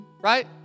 right